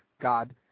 God